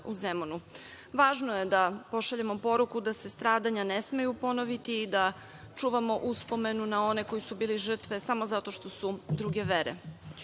Važno je da pošaljemo poruku da se stradanja ne smeju ponoviti i da čuvamo uspomenu na one koji su bili žrtve samo zato što su druge